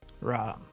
Right